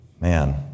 Man